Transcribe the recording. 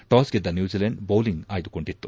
toss ಗೆದ್ದ New Zealand bowling ಆಯ್ದುಕೊಂಡಿತ್ತು